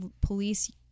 police